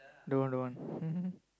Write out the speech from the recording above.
don't want don't want